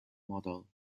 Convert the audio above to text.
model